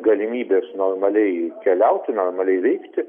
galimybės normaliai keliauti normaliai veikti